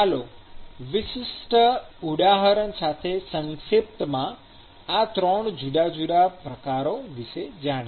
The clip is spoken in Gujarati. ચાલો વિશિષ્ટ ઉદાહરણ સાથે સંક્ષિપ્તમાં આ 3 જુદા જુદા પ્રકાર વિષે જોઈએ